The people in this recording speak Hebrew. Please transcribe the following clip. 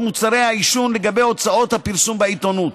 מוצרי העישון לגבי הוצאות הפרסום בעיתונות.